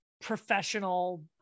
professional